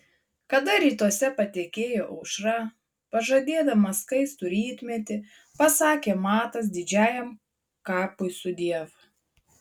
kada rytuose patekėjo aušra pažadėdama skaistų rytmetį pasakė matas didžiajam kapui sudiev